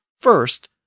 First